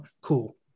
Cool